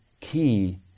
key